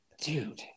Dude